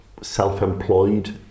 self-employed